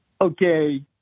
Okay